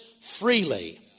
freely